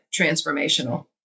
transformational